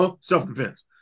Self-defense